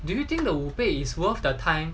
do you think the 五倍 is worth the time